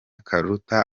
karuta